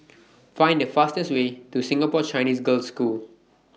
Find The fastest Way to Singapore Chinese Girls' School